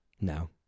No